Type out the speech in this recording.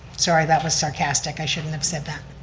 sorry, that was sarcastic, i shouldn't have said that.